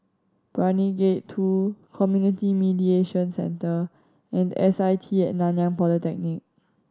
Brani Gate Two Community Mediation Centre and S I T At Nanyang Polytechnic